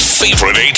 favorite